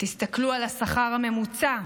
תסתכלו על השכר הממוצע,